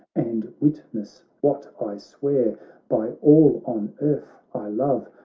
and witness what i swear by all on earth i love,